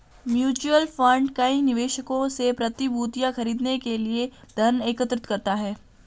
mutual fund कई निवेशकों से प्रतिभूतियां खरीदने के लिए धन एकत्र करता है